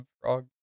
frog